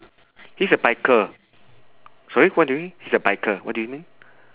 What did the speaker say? he's a biker sorry what do you mean he's a biker what do you mean